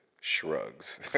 shrugs